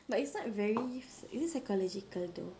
but it's not very is it psychological though